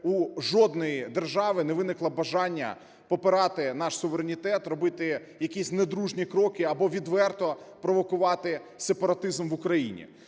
у жодної держави не виникло бажання попирати наш суверенітет, робити якісь недружні кроки або відверто провокувати сепаратизм в Україні?